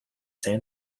san